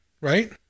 right